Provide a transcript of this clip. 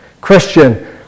Christian